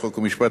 חוק ומשפט,